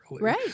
right